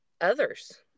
others